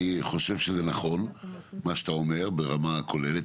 אני חושב שזה נכון מה שאתה אומר ברמה הכוללת,